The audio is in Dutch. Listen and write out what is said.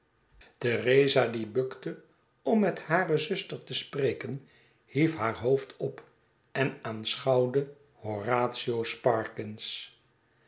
resa die bukte om met hare zuster te spreken hief haar hoofd op en aanschouwde horatio sparkins